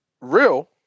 Real